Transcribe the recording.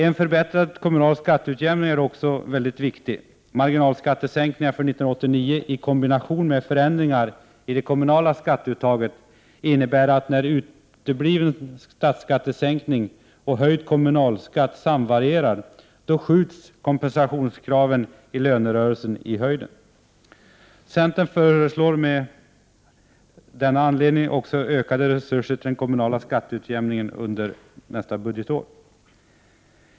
En förbättrad kommunal skatteutjämning är också mycket viktig. Marginalskattesänkningarna för 1989 i kombination med förändringar i det kommunala skatteuttaget innebär att när utebliven statsskattesänkning och höjd kommunalskatt samvarierar, skjuts kompensationskraven i lönerörelsen i höjden. Centern föreslår av denna anledning ökade resurser till den kommunala skatteutjämningen under nästa budgetår.